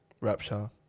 Rapture